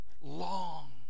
long